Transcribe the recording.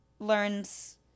learns